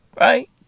Right